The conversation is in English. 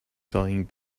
selling